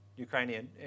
Ukrainian